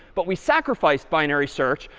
but we sacrifice binary search.